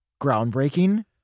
groundbreaking